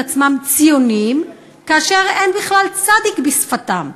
עצמם ציונים כאשר אין בכלל צד"י בשפתם.